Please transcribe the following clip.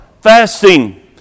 Fasting